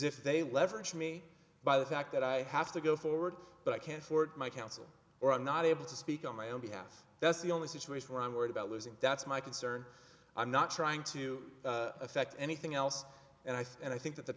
if they leverage me by the fact that i have to go forward but i can't afford my counsel or i'm not able to speak on my own behalf that's the only situation where i'm worried about losing that's my concern i'm not trying to affect anything else and i think and i think that the